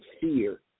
fear